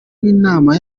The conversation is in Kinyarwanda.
w’inama